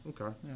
Okay